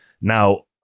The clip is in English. Now